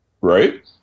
right